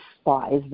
spies